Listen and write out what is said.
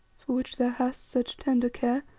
for which thou hast such tender care,